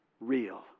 real